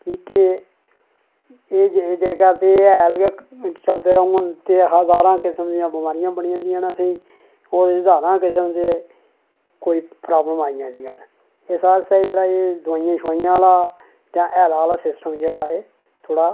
की के एह् जेह्का हैल ते इसदे कन्नै हजारां किस्म दियां ते बमारियां बनी जंदियां असेंगी ओह् ज्हारां किस्म दे कोई प्रॉब्लमां आई जंदियां न इस आस्तै एह् जेह्ड़ा दोआई आह्ला जां हैल आह्ला जेह्ड़ा सिस्टम एह् थोह्ड़ा